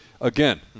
again